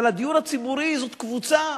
אבל הדיור הציבורי זאת קבוצה